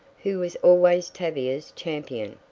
who was always tavia's champion,